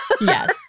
Yes